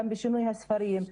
בשינוי הספרים,